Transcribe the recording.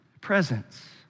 presence